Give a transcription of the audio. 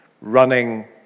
running